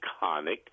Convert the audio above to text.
iconic